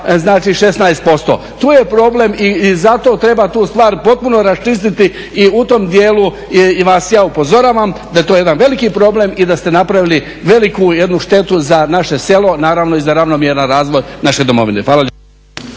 znači 16%. To je problem i zato treba tu stvar potpuno raščistiti i u tom dijelu vas ja upozoravam, da je to jedan veliki problem i da ste napravili veliku jednu štetu za naše selo, naravno i za ravnomjeran razvoj naše domovine.